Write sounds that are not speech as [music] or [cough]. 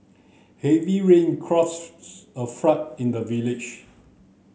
heavy rain [unintelligible] a flood in the village